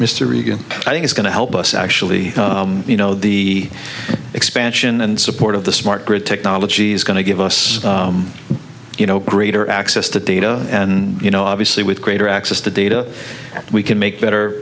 mr reagan i think is going to help us actually you know the expansion and support of the smart grid technology is going to give us you know greater access to data and you know obviously greater access to data we can make better